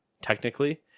technically